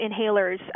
inhalers